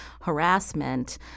harassment